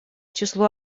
числу